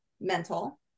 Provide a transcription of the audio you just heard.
mental